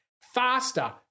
faster